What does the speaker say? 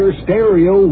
stereo